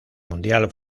mundial